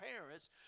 parents